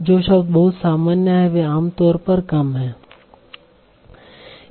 जो शब्द बहुत सामान्य हैं वे आम तौर पर कम हैं